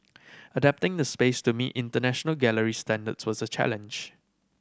adapting the space to meet international gallery standards was a challenge